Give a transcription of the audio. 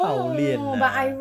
hao lian ah